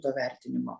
to vertinimo